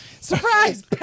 Surprise